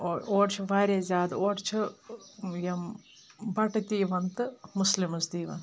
اور چھِ واریاہ زیادٕ اورٕ چھِ یِم بَٹہٕ تہِ یِوَان تہٕ مُسلِمٕز تہِ یِوَان